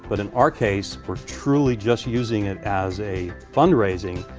but in our case, we're truly just using it as a fundraising.